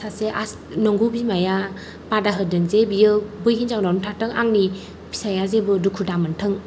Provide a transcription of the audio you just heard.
सासे नंगौ बिमाया बादा होदों जे बियो बै हिनजावनावनो थाथों आंनि फिसाया जेबो दुखु दा मोन्थों